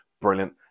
brilliant